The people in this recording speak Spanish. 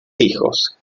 hijos